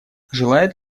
желает